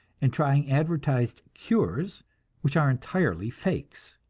and trying advertised cures which are entirely fakes.